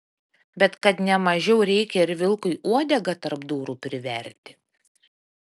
bet kad ne mažiau reikia ir vilkui uodegą tarp durų priverti